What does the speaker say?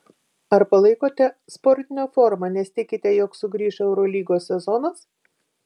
ar palaikote sportinę formą nes tikite jog sugrįš eurolygos sezonas